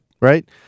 Right